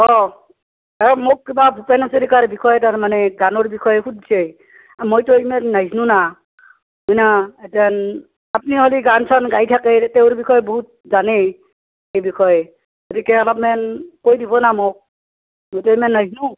অ' মোক কিবা ভূপেন হাজৰিকাৰ বিষয়ে তাৰমানে গানৰ বিষয়ে সুধিছে মইতো ইমান নাজানো ন আপুনি হ'লে গান চান গাই থাকে তেওঁৰ বিষয়ে বহুত জানে সেই বিষয়ে গতিকে অলপমান কৈ দিবনে মোক মইতো ইমান নাজানো